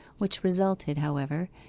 which resulted, however,